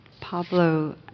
Pablo